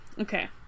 Okay